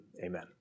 amen